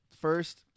first